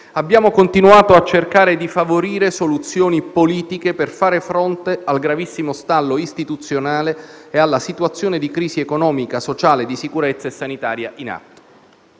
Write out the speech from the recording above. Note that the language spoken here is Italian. abbiamo continuato a cercare di favorire soluzioni politiche per fare fronte al gravissimo stallo istituzionale e alla situazione di crisi economica, sociale, di sicurezza e sanitaria in atto.